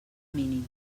mínim